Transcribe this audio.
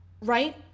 right